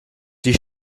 die